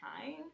time